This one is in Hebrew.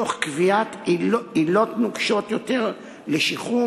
תוך קביעת עילות נוקשות יותר לשחרור